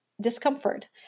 Discomfort